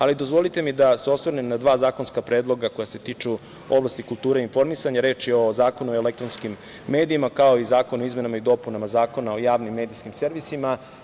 Ali, dozvolite mi da se osvrnem na dva zakonska predloga koja se tiču oblasti kulture i informisanja, reč je o Zakonu o elektronskim medijima, kao i Zakon o izmenama i dopunama Zakona o javnim medijskim servisima.